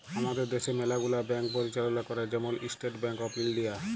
আমাদের দ্যাশে ম্যালা গুলা ব্যাংক পরিচাললা ক্যরে, যেমল ইস্টেট ব্যাংক অফ ইলডিয়া